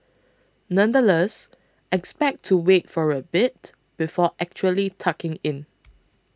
nonetheless expect to wait for a bit before actually tucking in